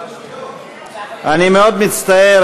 אני מאוד מצטער,